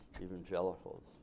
Evangelicals